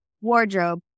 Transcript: wardrobe